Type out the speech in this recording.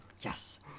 Yes